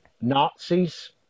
Nazis